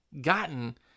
gotten